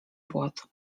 płot